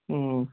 हूं